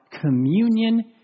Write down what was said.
communion